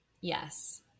Yes